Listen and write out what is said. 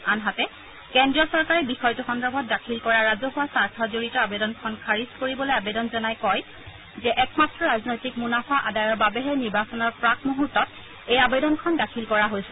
আনহাতে কেন্দ্ৰীয় চৰকাৰে বিষয়টো সন্দৰ্ভত দাখিল কৰা ৰাজহুৱা স্বাৰ্থ জড়িত আবেদনখন খাৰিজ কৰিবলৈ আবেদন জনাই কয় যে একমাত্ৰ ৰাজনৈতিক মুনাফা আদায়ৰ বাবেহে নিৰ্বাচনৰ প্ৰাক মুহূৰ্তত এই আবেদনখন দাখিল কৰা হৈছে